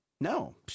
No